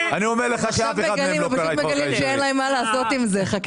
אני אומר לך שאף אחד מהם לא קרא את חוק